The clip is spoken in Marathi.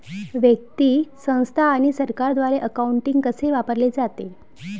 व्यक्ती, संस्था आणि सरकारद्वारे अकाउंटिंग कसे वापरले जाते